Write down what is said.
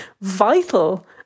vital